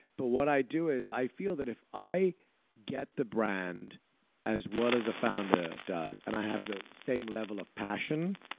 but what i do is i feel that if i get the brand as well as the founder does, and i have the same level of passion,